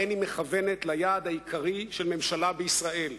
אין היא מכוונת ליעד העיקרי של ממשלה בישראל,